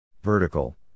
Vertical